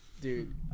Dude